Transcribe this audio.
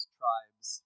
tribes